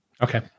Okay